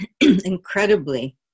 incredibly